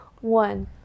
one